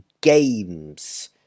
Games